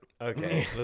Okay